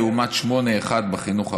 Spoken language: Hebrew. לעומת 8.1% בחינוך הרגיל,